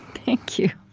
thank you.